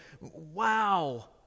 Wow